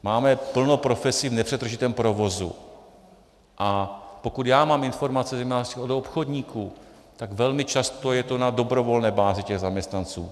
Máme plno profesí v nepřetržitém provozu, a pokud já mám informace od obchodníků, tak velmi často je to na dobrovolné bázi těch zaměstnanců.